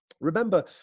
Remember